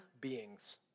beings